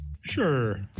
Sure